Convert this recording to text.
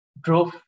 drove